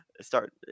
start